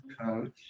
coach